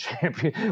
champion